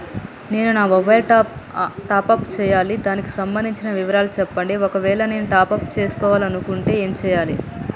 నేను నా mobile top up చేయాలి దానికి సంబంధించిన వివరాలు చెప్పండి ఒకవేళ నేను టాప్ చేసుకోవాలనుకుంటే ఏం చేయాలి?